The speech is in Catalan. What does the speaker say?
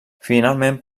finalment